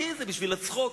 כי זה בשביל הצחוק,